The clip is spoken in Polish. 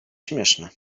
śmieszne